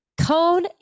cone